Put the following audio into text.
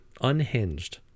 unhinged